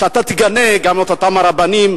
תגנה גם את אותם הרבנים,